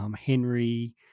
Henry